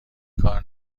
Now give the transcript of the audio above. کار